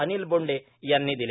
अनिल बोंडे यांनी दिले